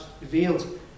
revealed